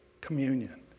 communion